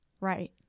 Right